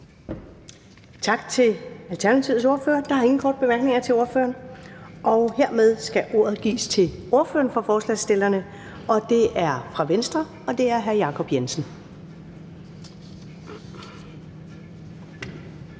Tak til Alternativets ordfører. Der er ingen korte bemærkninger til ordføreren. Hermed skal ordet gives til ordføreren for forslagsstillerne, og det er hr. Jacob Jensen